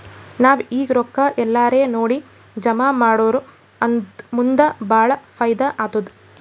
ನಾವ್ ಈಗ್ ರೊಕ್ಕಾ ಎಲ್ಲಾರೇ ನೋಡಿ ಜಮಾ ಮಾಡುರ್ ಮುಂದ್ ಭಾಳ ಫೈದಾ ಆತ್ತುದ್